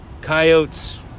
Coyotes